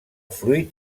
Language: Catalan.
fruit